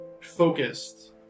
focused